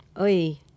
Oi